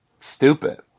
stupid